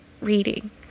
reading